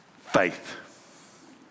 Faith